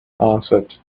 answered